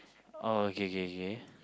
oh okay okay okay